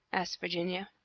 asked virginia.